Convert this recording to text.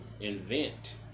invent